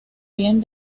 bien